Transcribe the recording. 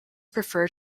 prefer